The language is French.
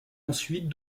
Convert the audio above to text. ensuite